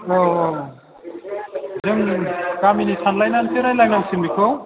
औ औ औ जों गामिनि सानलायनानैसो रायज्लायनांसिगोन बेखौ